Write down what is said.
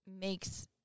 makes